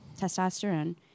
testosterone